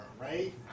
right